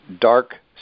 dark